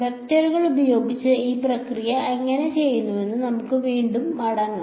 വെക്ടറുകൾ ഉപയോഗിച്ച് ഈ പ്രക്രിയ എങ്ങനെ ചെയ്തുവെന്ന് നമുക്ക് വീണ്ടും മടങ്ങാം